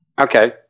Okay